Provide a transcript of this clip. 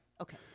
Okay